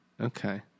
Okay